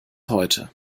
heute